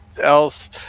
else